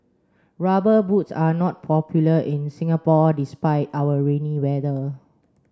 rubber boots are not popular in Singapore despite our rainy weather